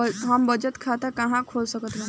हम बचत खाता कहां खोल सकत बानी?